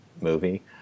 movie